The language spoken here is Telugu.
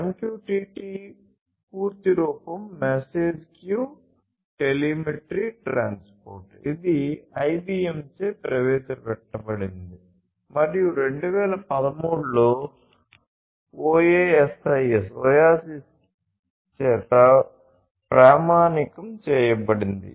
MQTT పూర్తి రూపం మెసేజ్ క్యూ టెలిమెట్రీ ట్రాన్స్పోర్ట్ ఇది IBM చే ప్రవేశపెట్టబడింది మరియు 2013 లో OASIS చేత ప్రామాణికం చేయబడింది